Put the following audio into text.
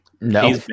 No